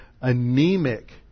anemic